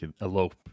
elope